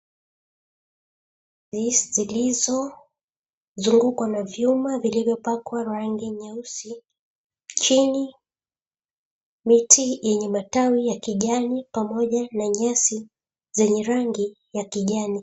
Zilizozungukwa na vyuma vilivyopakwa rangi nyeusi. Chini, miti yenye matawi ya kijani pamoja na nyasi zenye rangi ya kijani.